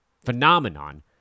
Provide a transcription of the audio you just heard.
phenomenon